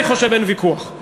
אני חושב שאין ויכוח.